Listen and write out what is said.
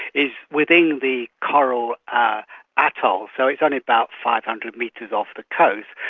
it's within the coral ah atoll, so it's only about five hundred metres off the coast,